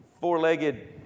four-legged